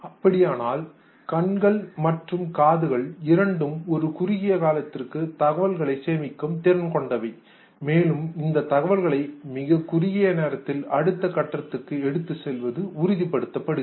அப்படியானால் கண்கள் மற்றும் காதுகள் இரண்டும் ஒரு குறுகிய காலத்திற்கு தகவல்களை சேமிக்கும் திறன் கொண்டவை மேலும் இந்த தகவல்களை மிகக்குறுகிய நேரத்தில் அடுத்த கட்டத்திற்கு எடுத்துச் செல்வதை உறுதிபடுத்துகிறது